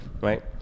right